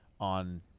on